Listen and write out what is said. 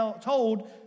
told